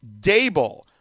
Dable